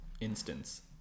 instance